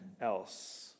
else